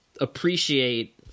appreciate